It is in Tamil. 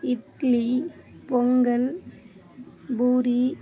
இட்லி பொங்கல் பூரி